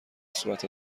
صورت